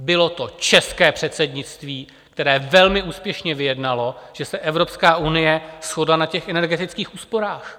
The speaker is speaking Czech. Bylo to české předsednictví, které velmi úspěšně vyjednalo, že se Evropská unie shodla na těch energetických úsporách.